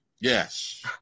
Yes